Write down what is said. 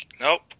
Nope